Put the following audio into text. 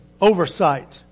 oversight